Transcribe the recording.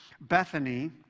Bethany